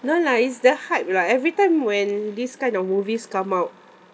no lah it's the hype lah every time when this kind of movies come out